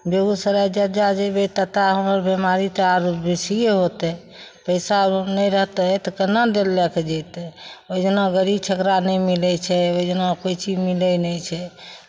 बेगूसराय जा जा जयबै ता ता हमर बिमारी तऽ आर बेसिए होतै पैसा नहि रहतै तऽ केना लऽ कऽ जयतै ओहि जना गाड़ी छगड़ा नहि मिलै छै ओहि जना कोइ चीज मिलै नहि छै